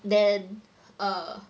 then err